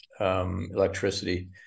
electricity